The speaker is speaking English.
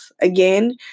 Again